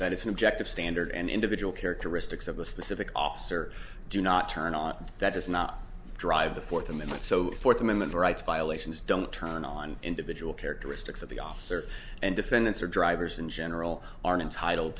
that it's an objective standard and individual characteristics of a specific officer do not turn on that does not drive the fourth amendment so fourth amendment rights violations don't turn on individual characteristics of the officer and defendants or drivers in general are entitled